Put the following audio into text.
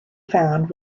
found